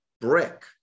brick